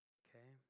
okay